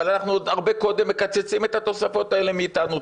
אבל אנחנו עוד הרבה קודם מקצצים את התוספות האלה מאיתנו,